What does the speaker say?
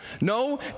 no